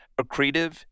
accretive